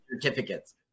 certificates